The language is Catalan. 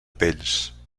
pells